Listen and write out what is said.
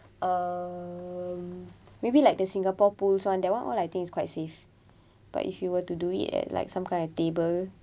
um maybe like the singapore pools [one] that one all I think it's quite safe but if you were to do it at like some kind of table